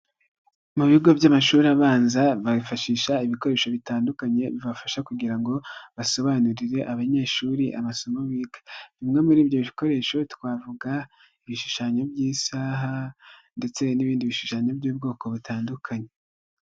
Mu bigo by'amashuri abanza bifashisha ibikoresho bitandukanye bibafasha kugira ngo basobanurire abanyeshuri amasomo biga, bimwe muri ibyo bikoresho twavuga ibishushanyo by'isaha ndetse n'ibindi bishushanyo by'ubwoko butandukanye.